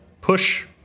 push